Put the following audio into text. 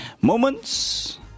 moments